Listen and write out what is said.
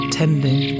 tending